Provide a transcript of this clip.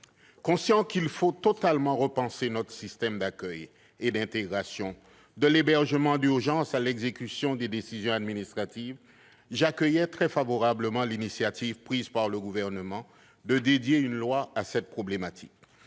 Conscient qu'il faut repenser totalement notre système d'accueil et d'intégration, de l'hébergement d'urgence à l'exécution des décisions administratives, j'accueille très favorablement l'initiative prise par le Gouvernement de consacrer une loi à cette problématique.